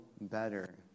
better